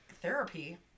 therapy